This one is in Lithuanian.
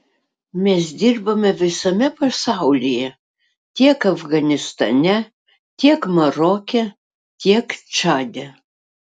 mes dirbame visame pasaulyje tiek afganistane tiek maroke tiek čade